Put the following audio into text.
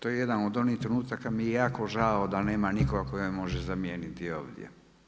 To je jedan od onih trenutaka kada mi je jako žao da nema nikoga tko me može zamijeniti ovdje.